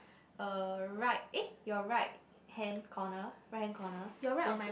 uh right eh your right hand corner right hand corner there's